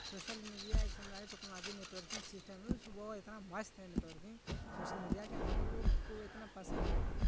social media एक सम technology networking system है उसको वो इतना मस्त है नेटवर्किंग सोशल मीडिया कि हम लोग को इतना पसंद है